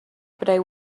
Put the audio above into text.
but